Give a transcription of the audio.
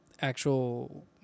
actual